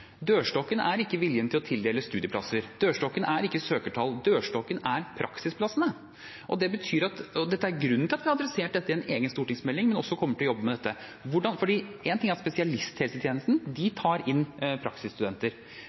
dørstokken. Dørstokken er ikke viljen til å tildele studieplasser. Dørstokken er ikke søkertall. Dørstokken er praksisplassene, og det er grunnen til at vi har adressert dette i en egen stortingsmelding og også kommer til å jobbe med dette. Én ting er spesialisthelsetjenesten, de tar inn praksisstudenter,